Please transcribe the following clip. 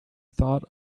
thought